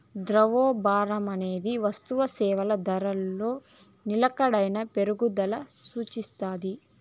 ద్రవ్యోల్బణమనేది వస్తుసేవల ధరలో నిలకడైన పెరుగుదల సూపిస్తాది